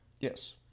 yes